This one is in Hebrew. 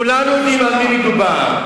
כולם יודעים על מי מדובר.